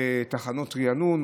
תחנות ריענון,